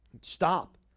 Stop